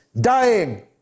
dying